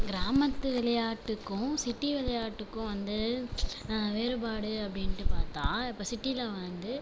கிராமத்து விளையாட்டுக்கும் சிட்டி விளையாட்டுக்கும் வந்து வேறுபாடு அப்படின்ட்டு பார்த்தா இப்போ சிட்டியில் வந்து